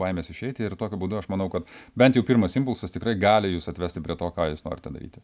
baimės išeiti ir tokiu būdu aš manau kad bent jau pirmas impulsas tikrai gali jus atvesti prie to ką jūs norite daryti